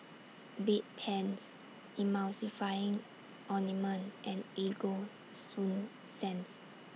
Bedpans Emulsying Ointment and Ego Sunsense